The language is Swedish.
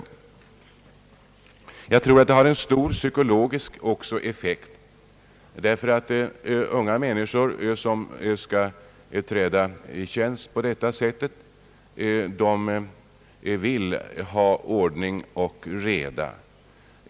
Detta torde också ha en stor psykologisk betydelse eftersom unga människor, som skall träda i tjänst på detta sätt, vill ha ordning och reda.